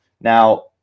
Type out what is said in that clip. Now